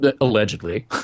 Allegedly